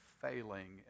failing